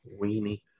weenie